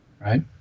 right